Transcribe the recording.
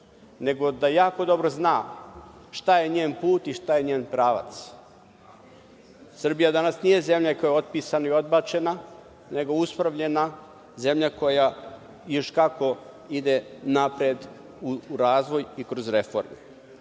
nego da jako dobro zna šta je njen put i šta je njen pravac. Srbija danas nije zemlja koja je otpisana i odbačena, nego uspravljena zemlja koja, još kako, ide napred u razvoj i kroz reforme.U